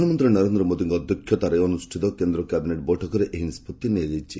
ପ୍ରଧାନମନ୍ତୀ ନରେନ୍ଦ୍ର ମୋଦିଙ୍କ ଅଧ୍ଧକ୍ଷତାରେ ଅନୁଷିତ କେନ୍ଦ କ୍ୟାବିନେଟ୍ ବୈଠକରେ ଏହି ନିଷ୍ବଭି ନିଆଯାଇଛି